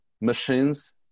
machines